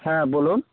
হ্যাঁ বলুন